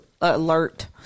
alert